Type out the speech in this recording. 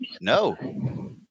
no